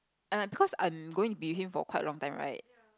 and because I'm going to be with him for quite long time right